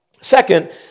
Second